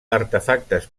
artefactes